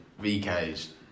VKs